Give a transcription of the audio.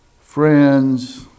friends